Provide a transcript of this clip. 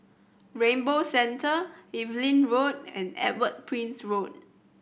Rainbow Centre Evelyn Road and Edward Prince Road